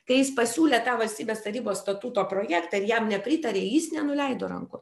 kai jis pasiūlė tą valstybės tarybos statuto projektą ir jam nepritarė jis nenuleido rankų